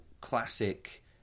classic